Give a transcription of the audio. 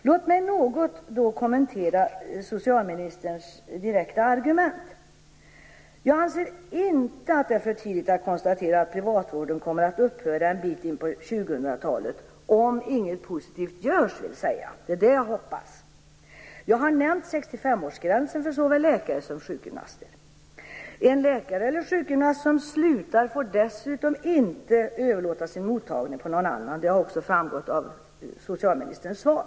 Låt mig något kommentera socialministerns argument. Jag anser att det inte är för tidigt att konstatera att privatvården kommer att upphöra en bit in på 2000 talet, om inget positivt görs, vilket jag hoppas. Jag har nämnt 65 års-gränsen för såväl läkare som sjukgymnaster. En läkare eller en sjukgymnast som slutar får dessutom inte överlåta sin mottagning på någon annan - detta har också framgått av socialministerns svar.